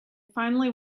finally